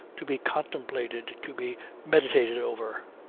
to be contemplated, to be meditated over.